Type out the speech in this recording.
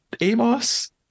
Amos